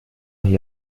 hier